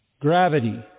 gravity